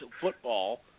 Football